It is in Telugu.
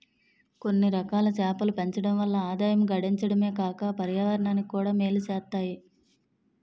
కొన్నిరకాల చేపలను పెంచడం వల్ల ఆదాయం గడించడమే కాక పర్యావరణానికి కూడా మేలు సేత్తాయి